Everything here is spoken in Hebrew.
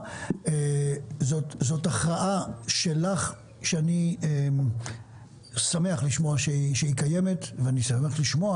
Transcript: זאת הכרעה שלך שאני שמח לשמוע שהיא קיימת ואני שמח לשמוע,